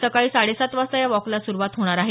सकाळी साडेसात वाजता या वॉकला सुरूवात होणार आहे